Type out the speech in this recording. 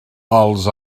els